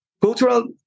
Cultural